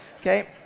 Okay